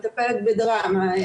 מטפלת בדרמה,